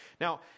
Now